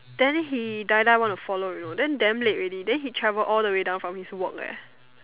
then he die die want to follow you know then damn late already then he travel all the way down from his work eh